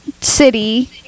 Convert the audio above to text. city